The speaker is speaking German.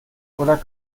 oder